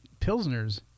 pilsners